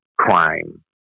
crime